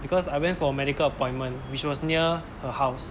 because I went for medical appointment which was near her house